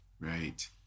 Right